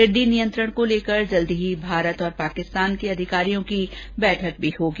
टिड्डी नियंत्रण को लेकर जल्दी ही भारत और पाकिस्तान के अधिकारियों की बैठक भी होगी